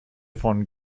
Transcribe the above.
von